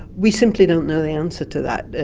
we simply don't know the answer to that.